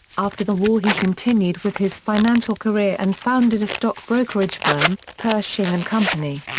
after the war he continued with his financial career and founded a stock brokerage firm, pershing and company.